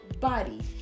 body